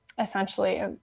essentially